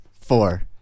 four